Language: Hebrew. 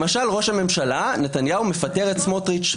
למשל ראש הממשלה נתניהו מפטר את סמוטריץ',